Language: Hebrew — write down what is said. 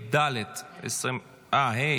These hypocrites shout: Me Too,